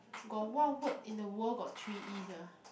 got what word in the world got three E sia